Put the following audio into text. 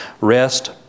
rest